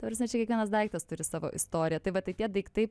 ta prasme čia kiekvienas daiktas turi savo istoriją tai va tai tie daiktai